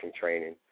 training